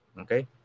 Okay